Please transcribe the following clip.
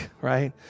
right